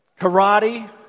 karate